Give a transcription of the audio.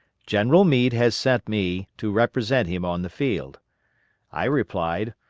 general meade has sent me to represent him on the field i replied,